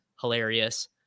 hilarious